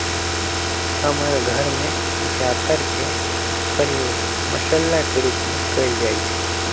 हमर घर में जाफर के प्रयोग मसल्ला के रूप में कएल जाइ छइ